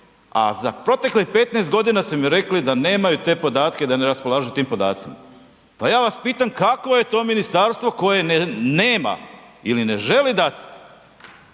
a za proteklih 15 godina su mi rekli da nemaju te podatke, da ne raspolažu tim podacima. Pa ja vas pitam, kakvo je to ministarstvo koje nema ili ne želi dati